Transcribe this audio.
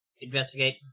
investigate